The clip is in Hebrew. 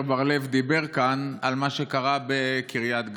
בר לב אמר כאן על מה שקרה בקריית גת.